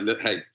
hey